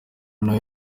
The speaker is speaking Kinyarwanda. nawe